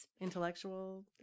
Intellectual